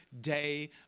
day